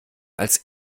als